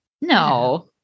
No